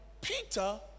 Peter